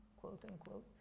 quote-unquote